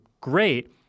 Great